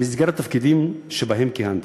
במסגרת תפקידים שבהם כיהנתי.